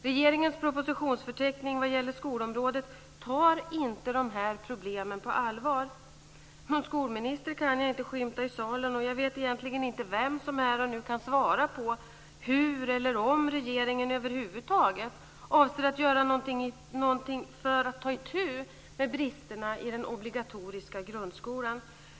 Regeringen tar med sin propositionsförteckning vad gäller skolområdet inte dessa problem på allvar. Någon skolminister kan jag inte skymta i salen, och jag vet egentligen inte vem som här och nu kan svara på hur eller om regeringen över huvud taget avser att göra någonting för att ta itu med bristerna i den obligatoriska grundskolan.